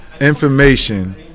information